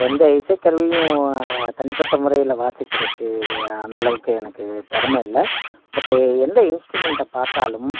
எந்த இசை கருவியும் தனிப்பட்ட முறையில் வாசிக்கிறக்கு அந்த அளவுக்கு எனக்கு திறம இல்லை பட்டு எந்த இன்ஸ்ட்ரூமெண்ட்டை பார்த்தாலும்